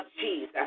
Jesus